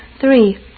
Three